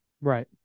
right